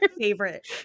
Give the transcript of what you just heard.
favorite